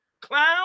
clown